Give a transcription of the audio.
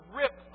rip